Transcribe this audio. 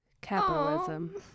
Capitalism